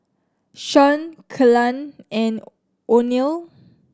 Shawn Kelan and Oneal